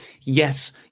Yes